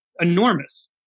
enormous